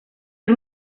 per